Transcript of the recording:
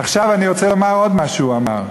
עכשיו אני רוצה לומר מה עוד הוא אמר,